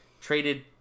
traded